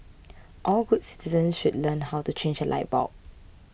all good citizens should learn how to change a light bulb